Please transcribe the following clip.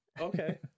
Okay